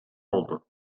oldu